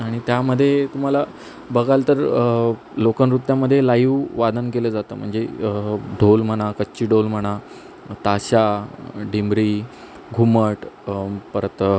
आणि त्यामध्ये तुम्हाला बघाल तर लोकनृत्यामध्ये लाइव वादन केलं जातं म्हणजे ढोल म्हणा कच्छी ढोल म्हणा ताशा दिमडी घुमट परत